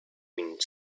wind